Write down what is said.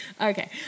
Okay